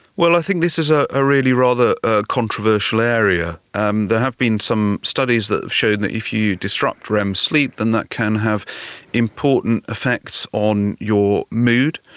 well, i think this is a ah really rather controversial area. um there have been some studies that have shown that if you disrupt rem sleep then that can have important effects on your mood.